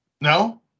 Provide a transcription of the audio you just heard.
No